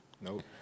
Nope